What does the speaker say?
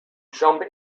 jump